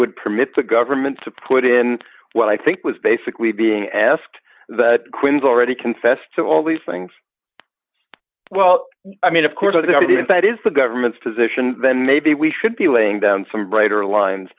would permit the government to put in what i think was basically being asked the quins already confessed to all these things well i mean of course of the evidence that is the government's position then maybe we should be laying down some brighter lines